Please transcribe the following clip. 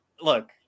look